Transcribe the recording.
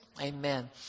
Amen